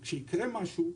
שאם יקרה משהו,